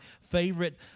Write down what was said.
favorite